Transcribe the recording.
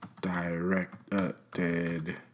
Directed